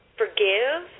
forgive